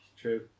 True